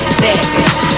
savage